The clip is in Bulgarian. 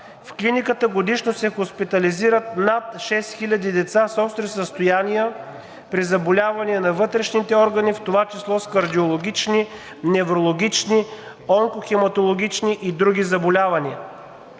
В клиниката годишно се хоспитализират над 6000 деца с остри състояния при заболявания на вътрешните органи, в това число с кардиологични, неврологични, онкохематологични и други заболявания.